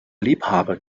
liebhaber